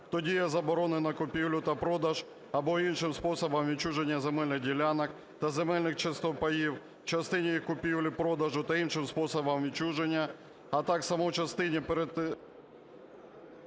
тоді є заборона на купівлю та продаж або іншим способом відчуження земельних ділянок та земельних часток (паїв) у частині купівлі-продажу та іншим способом відчуження, а так само у частині перед…".